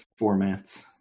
formats